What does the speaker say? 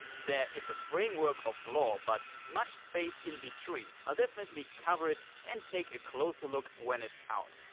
there is a framework of lore, but much space in between. i'll definitely cover it and take a closer look when it's out.